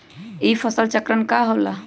ई फसल चक्रण का होला?